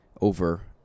over